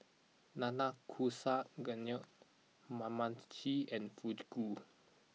Nanakusa Gayu Kamameshi and Fugu